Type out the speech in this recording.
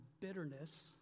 bitterness